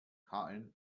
cotton